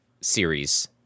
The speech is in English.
series